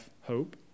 hope